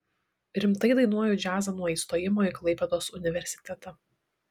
rimtai dainuoju džiazą nuo įstojimo į klaipėdos universitetą